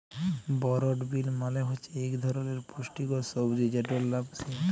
বরড বিল মালে হছে ইক ধরলের পুস্টিকর সবজি যেটর লাম সিম